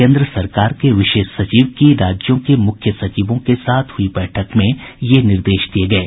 केन्द्र सरकार के विशेष सचिव की राज्यों के मुख्य सचिवों के साथ हई बैठक में ये निर्देश दिये गये